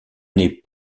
n’est